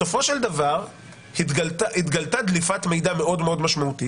בסופו של דבר התגלתה דליפת מידע מאוד-מאוד משמעותית.